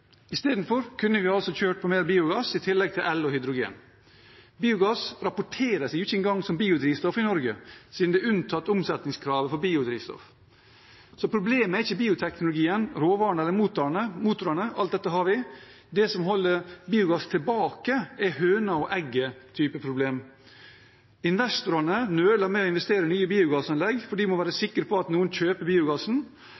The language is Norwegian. Istedenfor kunne vi altså kjørt på mer biogass i tillegg til el og hydrogen. Biogass rapporteres ikke engang som biodrivstoff i Norge siden det er unntatt omsetningskravet for biodrivstoff. Så problemet er ikke bioteknologien, råvarene eller motorene – alt dette har vi – det som holder biogass tilbake, er et type høna eller egget-problem. Investorene nøler med å investere i nye biogassanlegg, for de må være